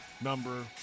number